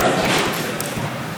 וכשנבין את זה,